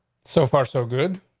so far, so good.